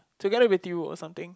together with you or something